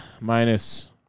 minus